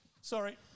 Sorry